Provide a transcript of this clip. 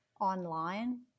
online